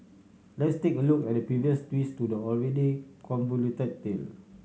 let's take a look at the previous twist to the already convoluted tale